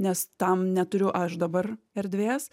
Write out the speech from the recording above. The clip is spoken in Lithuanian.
nes tam neturiu aš dabar erdvės